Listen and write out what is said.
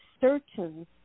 certain